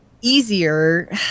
easier